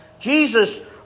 Jesus